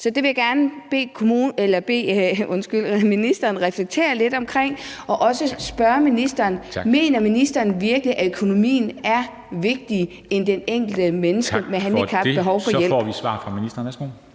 Så det vil jeg gerne bede ministeren reflektere lidt over, og jeg vil også spørge ministeren: Mener ministeren virkelig, at økonomien er vigtigere end det enkelte menneske med handicap, der har behov for hjælp? Kl. 11:08 Formanden (Henrik Dam Kristensen): Tak.